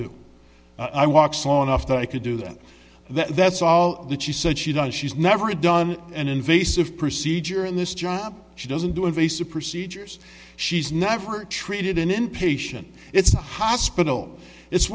do i walk slow enough that i could do that that's all that she said she does she's never done an invasive procedure in this job she doesn't do invasive procedures she's never treated an inpatient it's a hospital it's